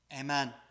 Amen